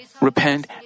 repent